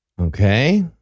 Okay